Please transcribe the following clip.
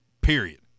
Period